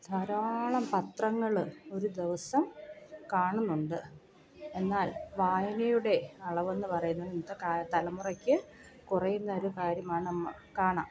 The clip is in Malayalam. ധാരാളം പത്രങ്ങൾ ഒരു ദിവസം കാണുന്നുണ്ട് എന്നാൽ വായനയുടെ അളവെന്ന് പറയുന്നത് ഇന്നത്തെ കാലം തലമുറയ്ക്ക് കുറയുന്നൊരു കാര്യമാണ് മ കാണാം